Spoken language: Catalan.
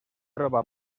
troba